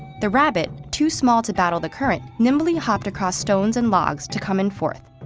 the rabbit, too small to battle the current, nimbly hopped across stones and logs to come in fourth.